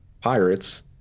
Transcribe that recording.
pirates